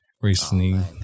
Recently